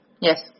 Yes